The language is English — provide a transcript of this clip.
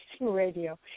radio